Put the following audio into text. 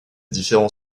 différents